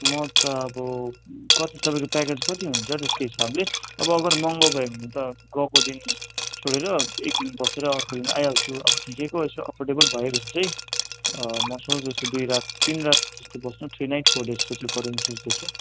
म त अब कति तपाईँको प्याकेज कति हुन्छ त्यसको हिसाबले अब अगर महँगो भयो भने त गएको दिन छोडेर एकदिन बसेर अर्को दिन आइहाल्छु अब ठिकैको यसो अफोर्टेबल भयो भने चाहिँ म सोच्दैछु दुई रात तिन रात जस्तो बस्नु थ्री नाइट फोर डेजको चाहिँ गरौँ सोच्दैछु